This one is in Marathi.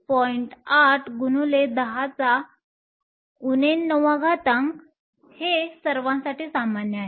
8 x 10 9 10 9 हे सर्वांसाठी सामान्य आहे